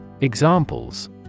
Examples